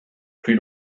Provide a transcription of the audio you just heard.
plus